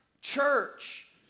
church